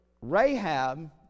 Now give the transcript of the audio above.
Rahab